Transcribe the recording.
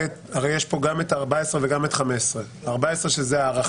הרי יש כאן גם את מספר 14 וגם מספר 15. מספר 14 הוא הארכה.